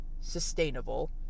sustainable